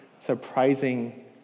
surprising